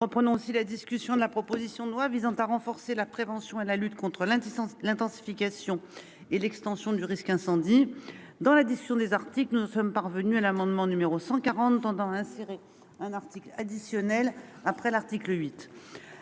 reprenons si la discussion de la proposition de loi visant à renforcer la prévention et la lutte contre l'l'intensification et l'extension du risque incendie dans la discussion des articles que nous ne sommes parvenus à l'amendement numéro 140 tendant à insérer un article additionnel après l'article 8.